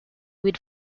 with